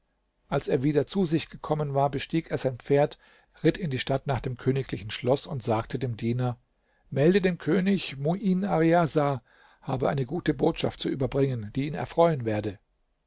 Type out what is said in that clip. als er wieder zu sich gekommen war bestieg er sein pferd ritt in die stadt nach dem königlichen schloß und sagte dem diener melde dem könig muin arriasah habe eine gute botschaft zu überbringen die ihn erfreuen werde